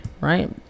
right